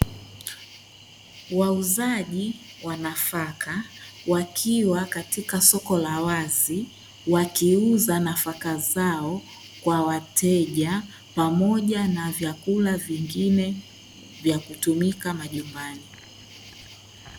Wauzaji wa nafaka wakiwa katika soko la wazi, wakiuza nafaka zao kwa wateja pamoja na vyakula vingine vya kutumika majumbani.